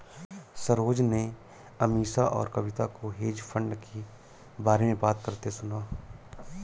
सरोज ने अमीषा और कविता को हेज फंड के बारे में बात करते सुना